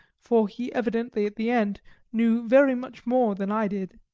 for he evidently at the end knew very much more than i did.